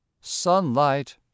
Sunlight